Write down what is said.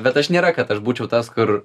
bet aš nėra kad aš būčiau tas kur